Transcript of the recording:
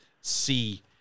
see